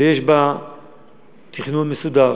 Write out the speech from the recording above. ויש בה תכנון מסודר